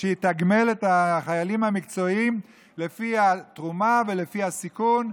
שיתגמל את החיילים המקצועיים לפי התרומה ולפי הסיכון,